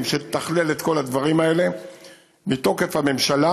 שתתכלל את כל הדברים האלה מתוקף הממשלה